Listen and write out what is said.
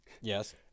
Yes